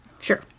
Sure